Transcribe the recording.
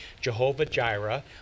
Jehovah-Jireh